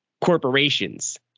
corporations